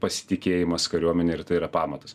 pasitikėjimas kariuomene ir tai yra pamatas